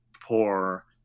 poor